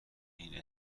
این